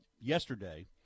yesterday